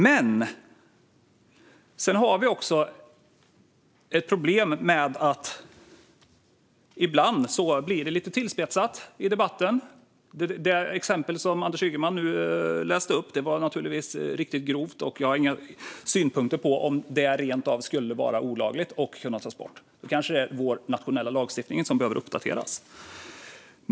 Men sedan finns det ett problem med att det ibland blir lite tillspetsat i debatten. Det exempel som Anders Ygeman nu läste upp var naturligtvis riktigt grovt. Jag har inga synpunkter på om det rent av skulle vara olagligt och kunna tas bort. Det kanske är vår nationella lagstiftning som behöver uppdateras.